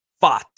Fat